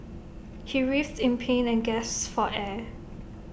he writhed in pain and gasped for air